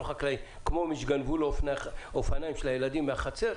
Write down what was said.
חקלאי כמו מי שגנבו לו אופניים של הילדים מהחצר,